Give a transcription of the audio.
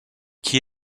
qui